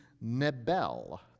nebel